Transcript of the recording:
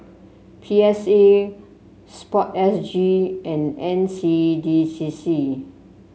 P S A sport S G and N C D C C